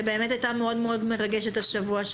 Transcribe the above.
שהיתה מאוד מרגשת השבוע,